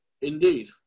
Indeed